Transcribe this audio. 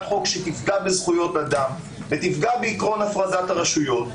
חוק שתפגע בזכויות אדם ותפגע בעיקרון הפרדת הרשויות,